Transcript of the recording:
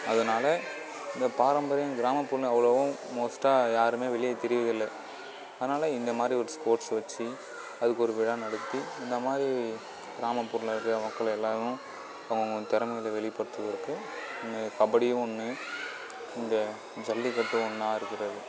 அதனால் இந்தப் பாரம்பரியம் கிராம பொண்ணு அவ்வளோவும் மோஸ்ட்டாக யாருமே வெளியே தெரியகிறதில்ல அதனால இந்த மாதிரி ஒரு ஸ்போரட்ஸ் வெச்சு அதுக்கொரு விழா நடத்தி இந்த மாதிரி கிராமப்புறங்களில் இருக்கிற மக்கள் எல்லாேரும் அவுங்கவங்க திறமைகள வெளிப்படுத்துவதற்கு இந்த கபடியும் ஒன்று இந்த ஜல்லிக்கட்டும் ஒன்றா இருக்கிறது